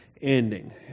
ending